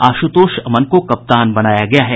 आशुतोष अमन को कप्तान बनाया गया है